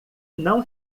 não